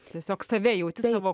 tiesiog save jauti savo